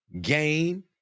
Gain